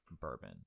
bourbon